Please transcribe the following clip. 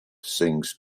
sings